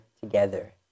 together